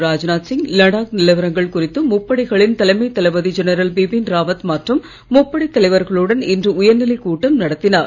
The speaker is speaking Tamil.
ராஜ்நாத் சிங் லடாக் நிலவரங்கள் குறித்து முப்படைகளின் தலைமை தளபதி ஜெனரல் பிபின் ராவத் மற்றும் முப்படை தலைவர்களுடன் இன்று உயர்நிலை கூட்டம் நடத்தினார்